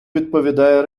відповідає